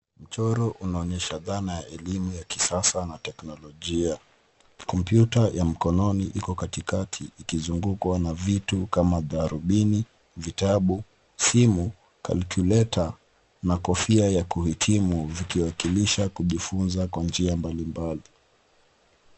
Mchoro unaonyesha dhana ya elimu ya kisasa na teknolojia. Kompyuta ya mkononi iko katikati ikizungukwa na vitu kama dharubini, vitabu, simu, calculator na kofia ya kuhitimu vikiwakilisha kujifunza kwa njia mbalimbali.